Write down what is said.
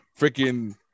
Freaking